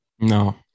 No